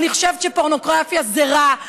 אני חושבת שפורנוגרפיה זה רע.